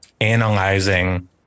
analyzing